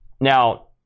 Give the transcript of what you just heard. Now